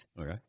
Okay